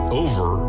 over